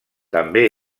també